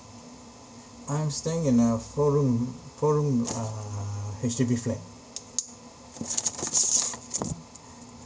I'm staying in a four room four room uh H_D_B flat